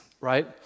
right